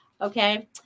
Okay